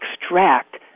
extract